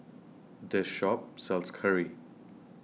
The Shop sells Curry